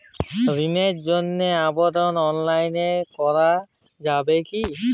ঋণের জন্য আবেদন অনলাইনে করা যাবে কি?